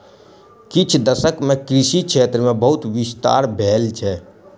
किछ दशक मे कृषि क्षेत्र मे बहुत विस्तार भेल छै